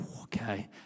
Okay